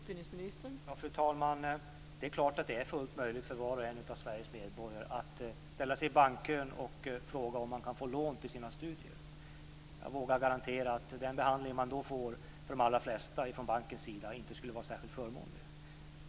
Fru talman! Det är naturligtvis fullt möjligt för var och en av Sveriges medborgare att ställa sig i bankkön och fråga om man kan få lån till sina studier. Jag vågar garantera att den behandling de allra flesta då får från bankens sida inte skulle vara särskilt förmånlig.